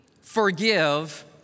forgive